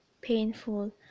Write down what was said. painful